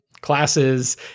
classes